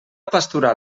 pasturar